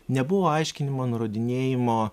nebuvo aiškinimo nurodinėjimo